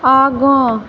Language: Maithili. आगाँ